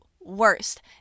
worst